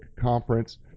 conference